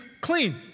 clean